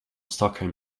stockholm